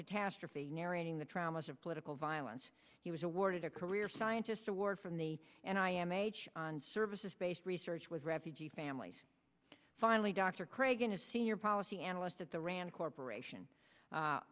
catastrophe narrating the traumas of political violence he was awarded a career scientist award from the and i am a services based research was refugee families finally dr craig and his senior policy analyst at the rand corporation